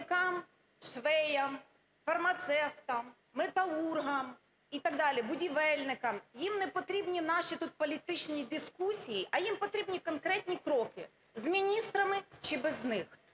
робітникам – швеям, фармацевтам, металургам і так далі, будівельникам – їм не потрібні наші тут політичні дискусії, а їм потрібні конкретні кроки з міністрами чи без них.